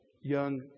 young